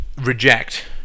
reject